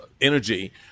energy